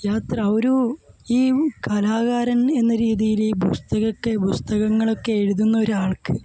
യാത്ര ഒരു ഈ കലാകാരൻ എന്ന രീതിയിൽ ഈ പുസ്തകമൊക്കെ പുസ്തകങ്ങളൊക്കെ എഴുതുന്നൊരു ആൾക്ക്